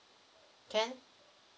can